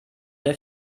der